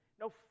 no